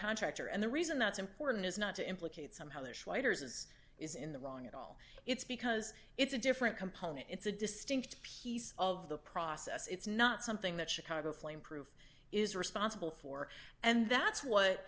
contractor and the reason that's important is not to implicate somehow the schneiders as is in the wrong at all it's because it's a different component it's a distinct piece of the process it's not something that chicago flameproof is responsible for and that's what